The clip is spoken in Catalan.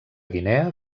guinea